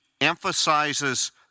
emphasizes